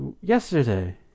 yesterday